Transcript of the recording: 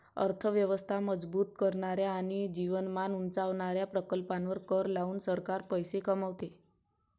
अर्थ व्यवस्था मजबूत करणाऱ्या आणि जीवनमान उंचावणाऱ्या प्रकल्पांवर कर लावून सरकार पैसे कमवते